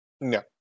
No